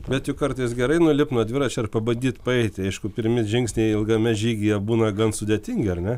bet juk kartais gerai nulipt nuo dviračio ir pabandyt paeiti aišku pirmi žingsniai ilgame žygyje būna gan sudėtingi ar ne